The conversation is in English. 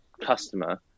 customer